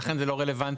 ולכן זה לא רלוונטי,